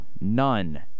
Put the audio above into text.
none